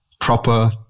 proper